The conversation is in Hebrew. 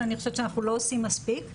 ואני חושבת שאנחנו לא עושים מספיק.